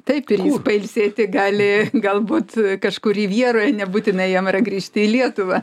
taip ir jis pailsėti gali galbūt kažkur rivjeroje nebūtina jam yra grįžti į lietuvą